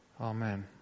Amen